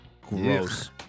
Gross